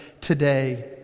today